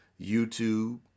YouTube